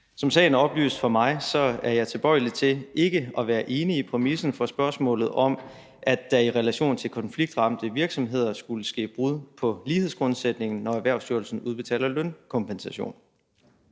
Som sagen er oplyst for mig, er jeg tilbøjelig til ikke at være enig i præmissen for spørgsmålet om, at der i relation til konfliktramte virksomheder skulle ske brud på lighedsgrundsætningen, når Erhvervsstyrelsen udbetaler lønkompensation.